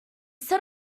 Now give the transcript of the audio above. set